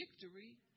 victory